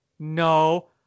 No